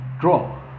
Draw